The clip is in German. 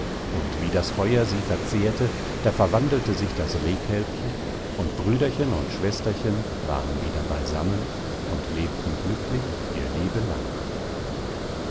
und wie das feuer sie verzehrte da verwandelte sich das rehkälbchen und brüderchen und schwesterchen waren wieder beisammen und lebten glücklich ihr